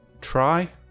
try